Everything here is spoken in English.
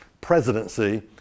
presidency